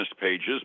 pages